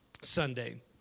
Sunday